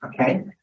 Okay